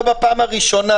לא בפעם הראשונה,